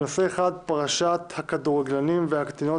בנושא: "פרשת הכדורגלנים והקטינות",